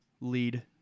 lead